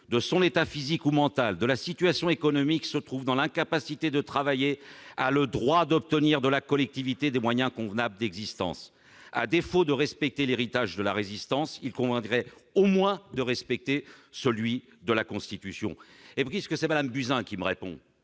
de son état physique ou mental, de la situation économique, se trouve dans l'incapacité de travailler a le droit d'obtenir de la collectivité des moyens convenables d'existence. » À défaut de respecter l'héritage de la Résistance, il conviendrait, au moins, de respecter la Constitution ! Vous parlez d'allocations